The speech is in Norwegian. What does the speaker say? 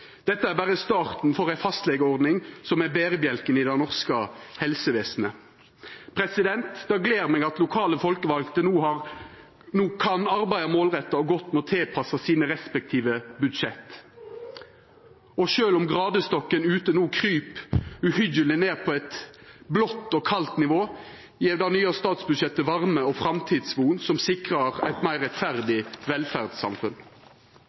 Dette er berre starten for ei fastlegeordning som er berebjelken i det norske helsevesenet. Det gler meg at lokale folkevalde no kan arbeida målretta og godt med å tilpassa sine respektive budsjett, og sjølv om gradestokken ute no kryp uhyggjeleg ned mot eit blått og kaldt nivå, gjev det nye statsbudsjettet varme og framtidsvon, som sikrar eit meir rettferdig velferdssamfunn.